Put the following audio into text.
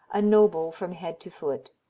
a noble from head to foot.